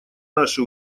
наши